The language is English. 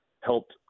helped